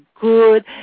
good